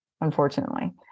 unfortunately